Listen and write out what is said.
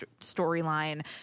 storyline